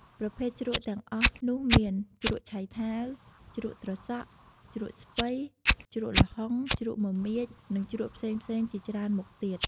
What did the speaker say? ប្រភេទជ្រក់ទាំងអស់នោះមាន ជ្រក់ឆៃថាវ ជ្រក់ត្រសក់ ជ្រក់ស្ពៃ ជ្រក់ល្ហុង ជ្រក់មមាញ និងជ្រក់ផ្សេងៗជាច្រើនមុខទៀត។